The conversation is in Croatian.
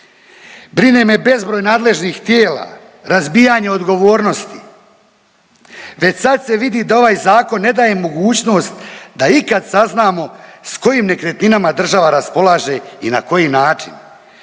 brine me bezbroj nadležnih tijela, razbijanje odgovornosti. Već sad se vidi da ovaj Zakon ne daje mogućnost da ikad saznamo s kojim nekretninama država raspolaže i na koji način.